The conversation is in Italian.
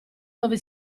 dove